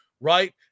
right